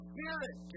Spirit